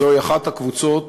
זוהי אחת הקבוצות